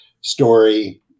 story